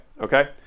okay